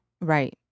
Right